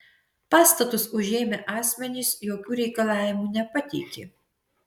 pastatus užėmę asmenys jokių reikalavimų nepateikė